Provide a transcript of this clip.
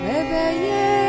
Réveillé